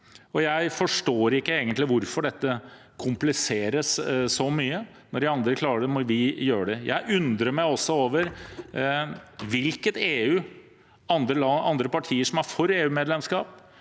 Jeg forstår egentlig ikke hvorfor dette kompliseres så mye. Når de andre klarer det, må vi også gjøre det. Jeg undrer meg også over hvilket EU andre partier som er for EU-medlemskap,